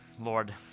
Lord